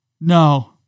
no